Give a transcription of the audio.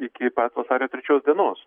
iki pat vasario trečios dienos